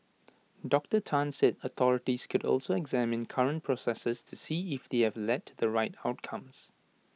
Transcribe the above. Doctor Tan said authorities could also examine current processes to see if they have led to the right outcomes